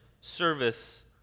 service